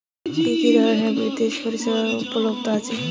কি কি ধরনের বৃত্তিয় পরিসেবা উপলব্ধ আছে?